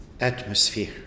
atmosphere